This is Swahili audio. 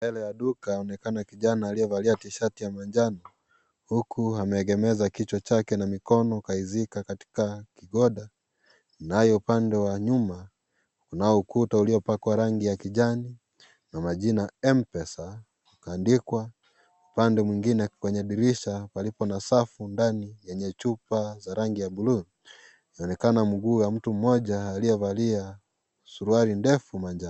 Mbele ya Duka waonekana kijana aliyevalia tishati ya manjano huku ameegemeza kichwa chake na mikono kaizika katika kigodha. Nayo upande wa nyuma kunao ukuta uliopakwa rangi ya kijani na majina Mpesa. Kaandikwa upande mwingine kwenye dirisha palipo na safu ndani yenye chupa za rangi ya bluu. Inaonekana mguu ya mtu mmoja aliyevalia suruali ndefu manjano.